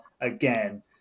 again